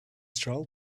troll